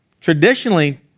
traditionally